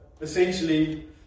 essentially